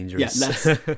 Yes